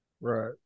Right